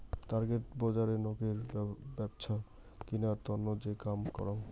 target বজারে নোকের ব্যপছা কিনার তন্ন যে কাম করং